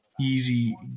easy